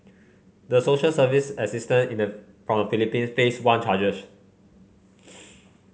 the social service assistant in the from the Philippines face one charge